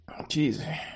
Jeez